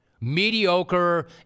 mediocre